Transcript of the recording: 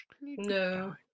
no